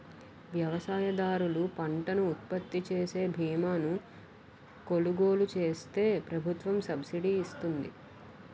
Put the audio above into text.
వ్యవసాయదారులు పంటను ఉత్పత్తిచేసే బీమాను కొలుగోలు చేస్తే ప్రభుత్వం సబ్సిడీ ఇస్తుంది